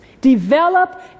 Develop